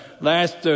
Last